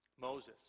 Moses